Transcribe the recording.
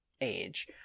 age